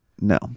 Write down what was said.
no